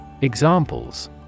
Examples